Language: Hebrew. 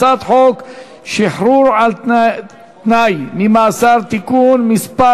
הצעת חוק שחרור על-תנאי ממאסר (תיקון מס'